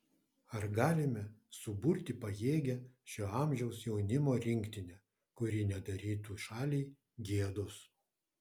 ar galime suburti pajėgią šio amžiaus jaunimo rinktinę kuri nedarytų šaliai gėdos